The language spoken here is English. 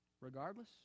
regardless